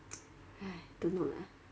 don't know lah